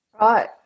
Right